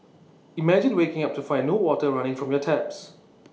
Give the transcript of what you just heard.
imagine waking up to find no water running from your taps